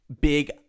big